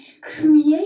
create